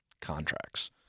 Contracts